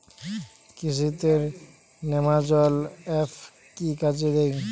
কৃষি তে নেমাজল এফ কি কাজে দেয়?